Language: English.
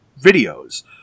videos